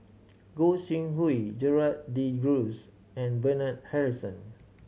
Goi Seng Hui Gerald De Cruz and Bernard Harrison